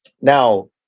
Now